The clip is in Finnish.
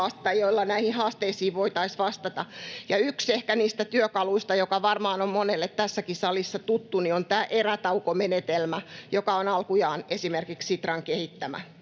joilla näihin haasteisiin voitaisiin vastata. Niistä työkaluista ehkä yksi, joka varmaan on monelle tässäkin salissa tuttu, on tämä Erätauko-menetelmä, joka esimerkiksi on alkujaan Sitran kehittämä.